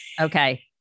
Okay